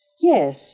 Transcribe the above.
Yes